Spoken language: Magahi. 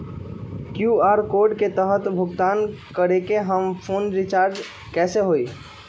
कियु.आर कोड के तहद भुगतान करके हम फोन रिचार्ज कैसे होई?